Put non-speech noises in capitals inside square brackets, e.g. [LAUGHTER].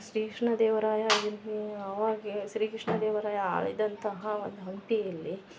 ಶ್ರೀ ಕೃಷ್ಣ ದೇವರಾಯ [UNINTELLIGIBLE] ಅವಾಗ ಶ್ರೀ ಕೃಷ್ಣ ದೇವರಾಯ ಆಳಿದಂತಹ ಒಂದು ಹಂಪಿಯಲ್ಲಿ